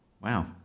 wow